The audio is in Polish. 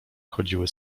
chodziły